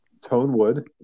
Tonewood